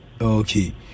Okay